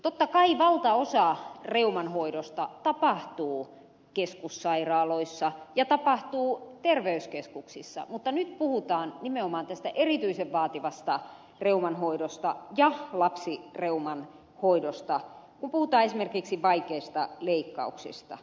totta kai valtaosa reuman hoidosta tapahtuu keskussairaaloissa ja terveyskeskuksissa mutta nyt puhutaan nimenomaan tästä erityisen vaativasta reuman hoidosta ja lapsireuman hoidosta kun puhutaan esimerkiksi vaikeista leikkauksista